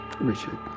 Richard